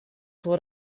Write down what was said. what